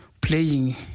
playing